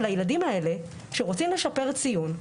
שלילדים האלה שרוצים לשפר ציון,